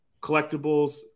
collectibles